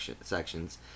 sections